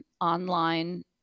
online